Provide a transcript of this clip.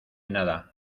nada